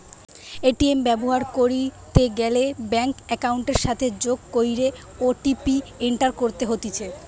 ATM ব্যবহার কইরিতে গ্যালে ব্যাঙ্ক একাউন্টের সাথে যোগ কইরে ও.টি.পি এন্টার করতে হতিছে